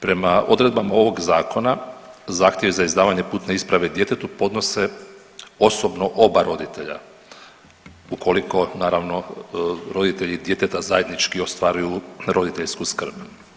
Prema odredbama ovog zakona zahtjev za izdavanje putne isprave djetetu podnose osobno oba roditelja ukoliko naravno roditelji djeteta zajednički ostvaruju roditeljsku skrb.